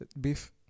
Beef